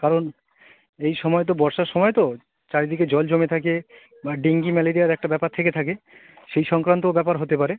কারণ এই সময় তো বর্ষার সময় তো চারিদিকে জল জমে থাকে বা ডেঙ্গি ম্যালেরিয়ার একটা ব্যাপার থেকে থাকে সেই সংক্রান্ত ব্যাপার হতে পারে